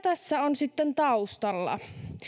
tässä on sitten taustalla